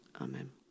Amen